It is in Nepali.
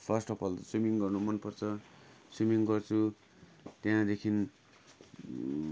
फर्स्ट अफ अल त स्विमिङ गर्नु मनपर्छ स्विमिङ गर्छु त्यहाँदेखि